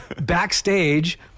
backstage